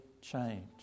change